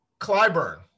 Clyburn